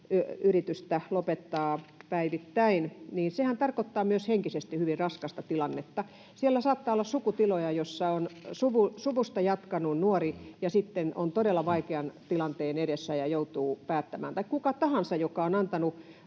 yritystä lopettaa päivittäin — niin sehän tarkoittaa myös henkisesti hyvin raskasta tilannetta. Siellä saattaa olla sukutiloja, joissa on suvusta jatkanut nuori, joka sitten on todella vaikean tilanteen edessä ja joutuu päättämään, tai kuka tahansa, joka on antanut,